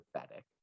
pathetic